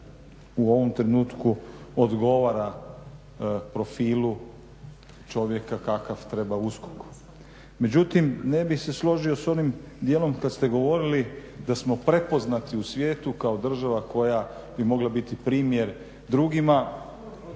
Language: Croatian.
u ovom trenutku odgovara profilu čovjeka kakav treba USKOK-u. Međutim, ne bih se složio s onim dijelom kad ste govorili da smo prepoznati u svijetu kao država koja bi mogla biti primjer drugima.